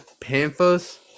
Panthers